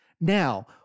Now